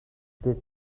эхлээд